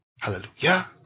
Hallelujah